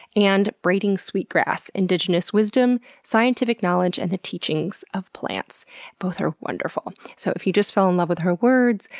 and braiding sweetgrass indigenous wisdom, scientific knowledge, and the teachings of plants and both are wonderful. so if you just fell in love with her words,